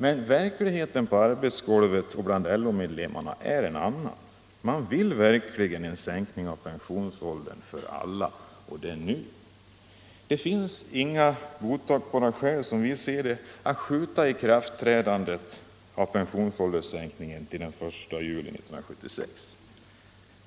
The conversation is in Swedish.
Men verkligheten på arbetsgolvet och bland LO-medlemmarna är en annan. Man vill verkligen ha en sänkning av pensionsåldern för alla och det nu. Det finns inga godtagbara skäl att skjuta upp ikraftträdandet av pensionsålderssänkningen till den 1 juli 1976.